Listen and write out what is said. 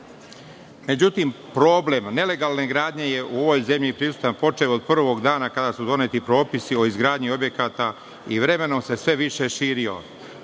Međutim problem nelegalne gradnje u ovoj zemlji je prisutan od prvog dana kada su doneti propisi o izgradnji objekata i vremenom se sve više širio.